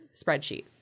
spreadsheet